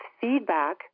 feedback